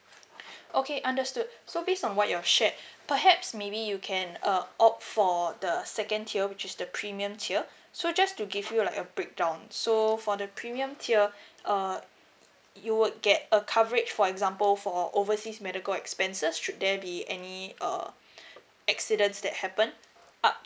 okay understood so based on what you've shared perhaps maybe you can uh opt for the second tier which is the premium tier so just to give you like a breakdown so for the premium tier err you would get a coverage for example for overseas medical expenses should there be any uh accidents that happen up